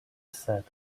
said